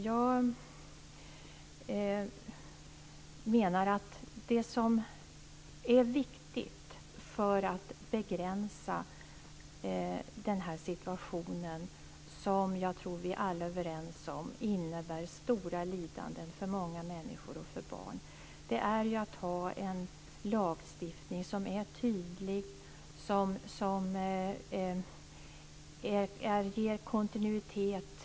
Jag menar att det som är viktigt för att man ska kunna begränsa den här situationen - jag tror att vi alla är överens om att den innebär stora lidanden för många människor och för barn - är att man har en lagstiftning som är tydlig och som ger kontinuitet.